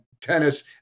tennis